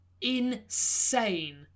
insane